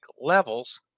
levels